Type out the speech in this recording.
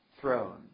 throne